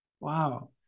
Wow